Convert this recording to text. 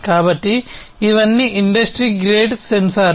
కాబట్టి ఇవన్నీ industry grade సెన్సార్లు